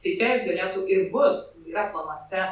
taipėjus galėtų ir bus yra planuose